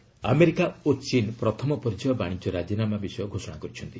US China America ଓ ଚୀନ ପ୍ରଥମ ପର୍ଯ୍ୟାୟ ବାଣିଜ୍ୟ ରାଜିନାମା ବିଷୟରେ ଘୋଷଣା କରିଛନ୍ତି